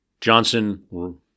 Johnson